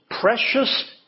precious